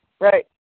Right